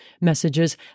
messages